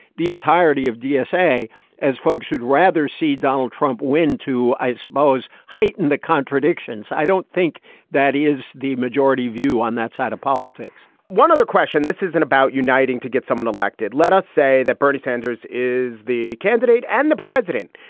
the entirety of dsa as folks who'd rather see donald trump win, too, i suppose, heighten the contradictions. i don't think that is the majority view on that side of politics one other question. this isn't about uniting to get someone elected. let us say that bernie sanders is the candidate and the president.